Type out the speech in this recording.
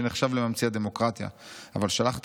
שנחשב לממציא הדמוקרטיה אבל שלח את